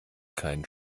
keinen